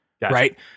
right